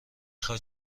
خوای